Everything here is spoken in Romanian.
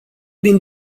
din